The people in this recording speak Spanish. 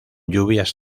lluvias